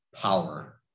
power